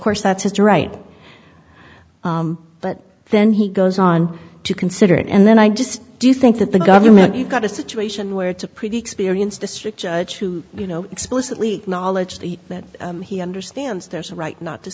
course that's his direction but then he goes on to consider it and then i just do think that the government you've got a situation where it's a pretty experienced district judge who you know explicitly knowledge that he understands there's a right not to